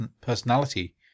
personality